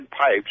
pipes